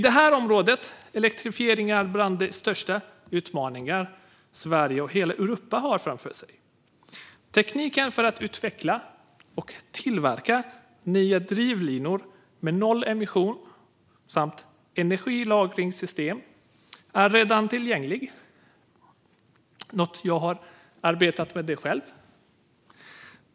Det här området, elektrifiering, är bland de största utmaningar Sverige och hela Europa har framför sig. Tekniken för att utveckla och tillverka nya drivlinor med noll emission samt energilagringssystem är redan tillgänglig - något jag själv har arbetat med.